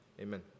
amen